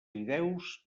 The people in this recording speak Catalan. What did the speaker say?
fideus